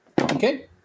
Okay